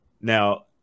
Now